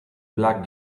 black